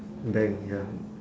bank ya